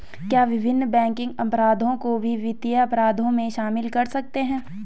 क्या विभिन्न बैंकिंग अपराधों को भी वित्तीय अपराधों में शामिल कर सकते हैं?